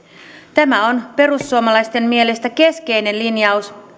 tämä on perussuomalaisten mielestä keskeinen linjaus